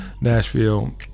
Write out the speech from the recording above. Nashville